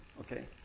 Okay